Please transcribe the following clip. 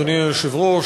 אדוני היושב-ראש,